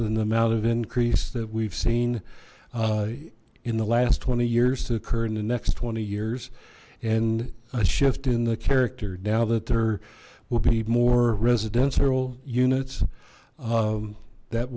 than the amount of increase that we've seen in the last twenty years to occur in the next twenty years and a shift in the character now that there will be more residential units that